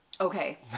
Okay